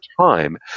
time